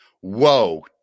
whoa